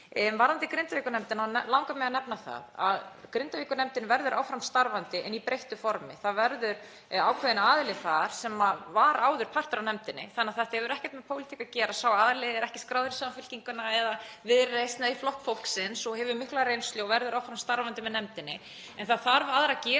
Varðandi Grindavíkurnefndina langar mig að nefna það að Grindavíkurnefndin verður áfram starfandi en í breyttu formi. Það verður ákveðinn aðili þar sem var áður partur af nefndinni þannig að þetta hefur ekkert með pólitík að gera. Sá aðili er ekki skráður í Samfylkinguna eða Viðreisn eða Flokk fólksins og hefur mikla reynslu og verður áfram starfandi með nefndinni. En það þarf aðra getu